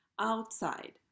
outside